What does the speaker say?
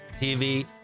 TV